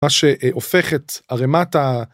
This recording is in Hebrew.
מה שהופך את ערימת ה...